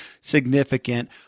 significant